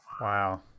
Wow